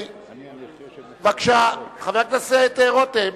בבקשה, חבר הכנסת רותם.